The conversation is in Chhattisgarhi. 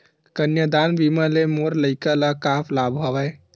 कन्यादान बीमा ले मोर लइका ल का लाभ हवय?